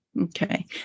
Okay